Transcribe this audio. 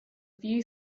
few